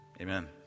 Amen